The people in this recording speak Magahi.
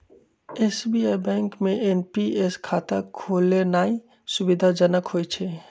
एस.बी.आई बैंक में एन.पी.एस खता खोलेनाइ सुविधाजनक होइ छइ